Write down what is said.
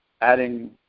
adding